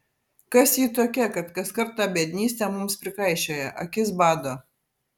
kas ji tokia kad kaskart tą biednystę mums prikaišioja akis bado